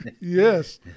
yes